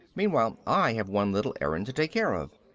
meanwhile i have one little errand to take care of.